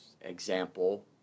example